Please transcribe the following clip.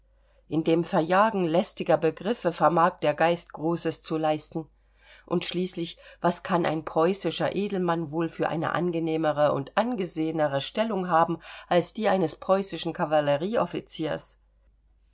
in dem verjagen lästiger begriffe vermag der geist großes zu leisten und schließlich was kann ein preußischer edelmann wohl für eine angenehmere und angesehenere stellung haben als die eines preußischen